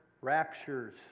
raptures